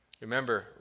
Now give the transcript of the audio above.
Remember